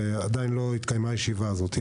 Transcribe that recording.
ועדיין לא התקיימה הישיבה הזאת.